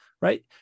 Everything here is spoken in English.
Right